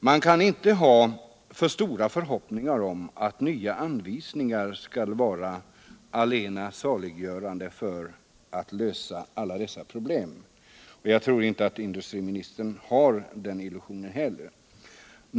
Man kan inte ha för stora förhoppningar på nya anvisningar och tro att de skall vara allena saliggörande och lösa alla problem. Jag tror inte att industriministern har den illusionen heller.